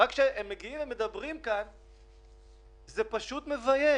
זה שהם מגיעים ומדברים כאן זה פשוט מבייש,